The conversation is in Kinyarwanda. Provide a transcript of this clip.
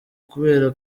kubera